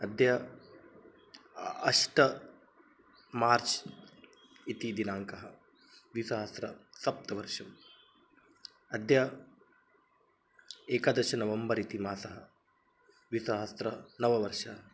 अद्य अष्ट मार्च् इति दिनाङ्कः द्विसहस्रसप्तवर्षम् अद्य एकादश नवम्बर् इति मासः द्विसहस्रनववर्षम्